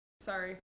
Sorry